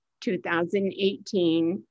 2018